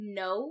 no